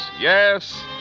Yes